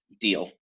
deal